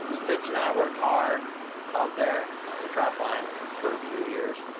stitch and i worked hard out there on the trapline for few years.